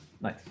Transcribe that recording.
Nice